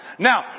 Now